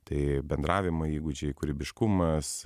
tai bendravimo įgūdžiai kūrybiškumas